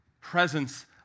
presence